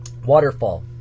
waterfall